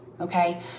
Okay